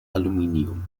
aluminium